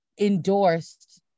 endorsed